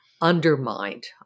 undermined